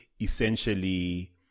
essentially